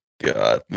God